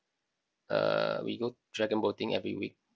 uh we go dragon boating every week